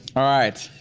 alright.